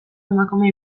emakume